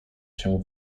się